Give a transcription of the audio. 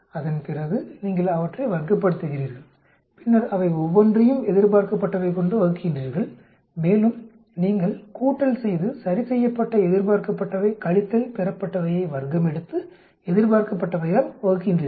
அதன்பிறகு நீங்கள் அவற்றை வர்க்கப்படுத்துகிறீர்கள் பின்னர் அவை ஒவ்வொன்றையும் எதிர்பார்க்கப்பட்டவை கொண்டு வகுக்கின்றீர்கள்மேலும் நீங்கள் கூட்டல் செய்து சரிசெய்யப்பட்ட எதிர்பார்க்கப்பட்டவை கழித்தல் பெறப்பட்டவையை வர்க்கமெடுத்து எதிர்பார்க்கப்பட்டவையால் வகுக்கின்றீர்கள்